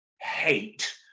hate